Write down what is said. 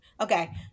Okay